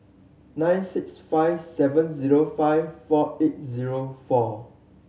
nine six five seven zero five four eight zero four